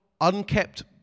unkept